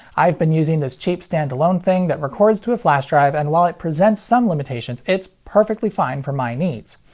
i've been using this cheap stand-alone thing that records to a flash drive and while it presents some limitations, it's perfectly fine for my needs.